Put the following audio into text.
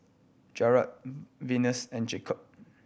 Jerrell Venus and Jacob